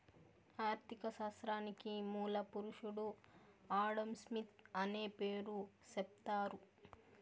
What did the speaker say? ఆర్ధిక శాస్త్రానికి మూల పురుషుడు ఆడంస్మిత్ అనే పేరు సెప్తారు